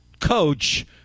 coach